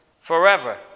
forever